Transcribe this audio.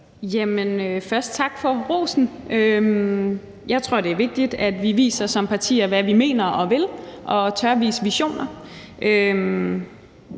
tak for rosen. Jeg tror, det er vigtigt, at vi som partier viser, hvad vi mener og vil, og at vi tør vise visioner.